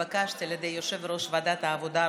התבקשתי על ידי יושב-ראש ועדת העבודה,